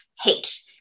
hate